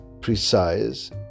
precise